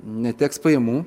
neteks pajamų